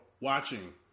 watching